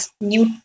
new